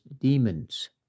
demons